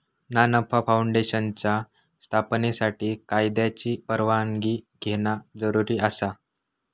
ना नफा फाऊंडेशनच्या स्थापनेसाठी कायद्याची परवानगी घेणा जरुरी आसा